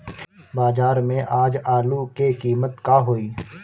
बाजार में आज आलू के कीमत का होई?